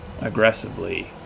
aggressively